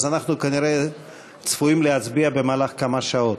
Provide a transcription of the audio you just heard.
אנחנו כנראה צפויים להצביע במהלך כמה שעות.